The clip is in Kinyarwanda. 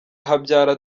habyara